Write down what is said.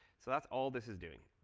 so that's all this is doing.